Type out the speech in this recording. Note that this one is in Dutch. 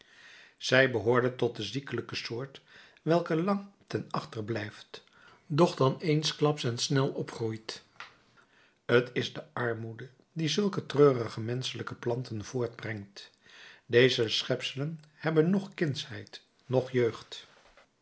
zij behoorde tot de ziekelijke soort welke lang ten achter blijft doch dan eensklaps en snel opgroeit t is de armoede die zulke treurige menschelijke planten voortbrengt deze schepsels hebben noch kindsheid noch jeugd